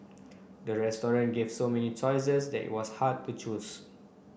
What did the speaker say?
the restaurant gave so many choices they was hard to choose